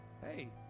hey